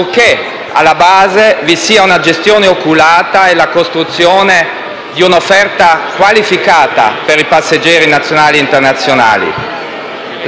purché alla base vi siano una gestione oculata e la costruzione di un'offerta qualificata per i passeggeri nazionali e internazionali.